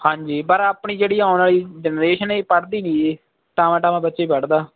ਹਾਂਜੀ ਪਰ ਆਪਣੀ ਜਿਹੜੀ ਆਉਣ ਵਾਲੀ ਜਨਰੇਸ਼ਨ ਪੜ੍ਹਦੀ ਨਹੀਂ ਟਾਵਾਂ ਟਾਵਾਂ ਬੱਚਾ ਹੀ ਪੜ੍ਹਦਾ